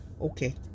Okay